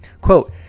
Quote